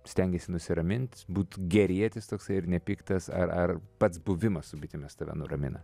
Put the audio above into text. stengiesi nusiramint būt gerietis toksai ir nepiktas ar ar pats buvimas su bitėmis tave nuramina